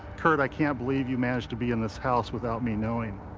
kurt, i can't believe you managed to be in this house without me knowing.